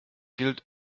gilt